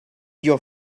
your